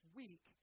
week